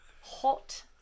Hot